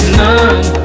none